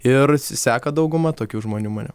ir seka dauguma tokių žmonių mane